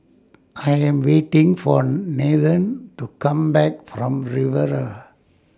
I Am waiting For Nathen to Come Back from Riviera